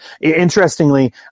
Interestingly